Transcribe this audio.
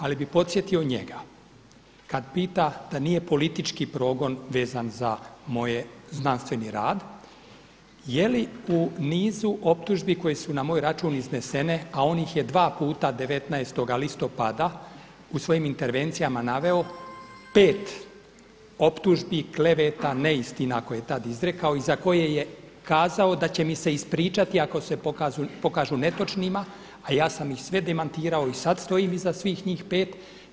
Ali bih podsjetio njega kada pita da nije politički progon vezan za moj znanstveni rad jeli u nizu optužbi koje su na moj račun iznesene, a on ih je dva puta 19. listopada u svojim intervencijama naveo pet optužbi, kleveta, neistina koje je tada izrekao i za koje je kazao da će mi se ispričati ako se pokažu netočnima, a ja sam ih sve demantirao i sada stojim iza svih njih pet.